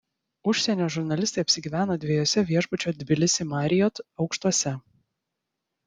užsienio žurnalistai apsigyveno dviejuose viešbučio tbilisi marriott aukštuose